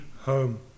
home